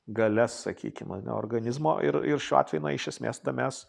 galias sakykim ane organizmo ir ir šiuo atveju na iš esmės mes